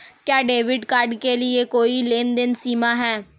क्या debit card के लिए कोई लेनदेन सीमा है?